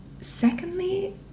Secondly